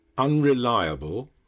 UNRELIABLE